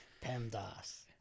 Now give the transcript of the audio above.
PEMDAS